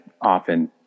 often